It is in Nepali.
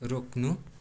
रोक्नु